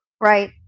Right